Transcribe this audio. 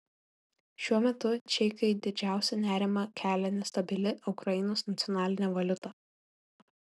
šiuo metu čeikai didžiausią nerimą kelia nestabili ukrainos nacionalinė valiuta